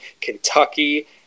Kentucky